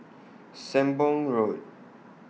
Sembong Road